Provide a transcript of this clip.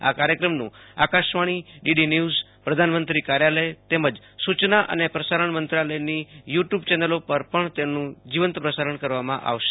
આ કાર્યક્રમનું ઔકાશવાણીડીડી વ્ય્ ઝપ્રધાનમંત્રી કાર્યાલય તેમજ સૂ યના અને પ્રસારણ મંત્રાલયની યુ ટ્યૂ બ ચેનલી પેર પણ તેનું જીવંતપ્રસારણ કરવામાં આવશે